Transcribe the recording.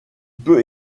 peut